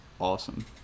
awesome